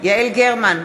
יעל גרמן,